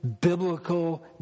biblical